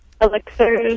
Elixirs